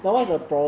then